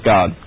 God